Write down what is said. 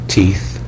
teeth